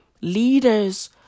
Leaders